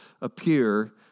appear